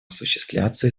осуществляться